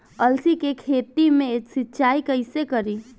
अलसी के खेती मे सिचाई कइसे करी?